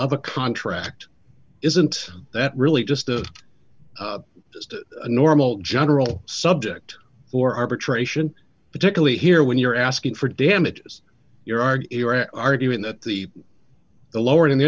of a contract isn't that really just a normal general subject or arbitration particularly here when you're asking for damages your are arguing that the the lower than the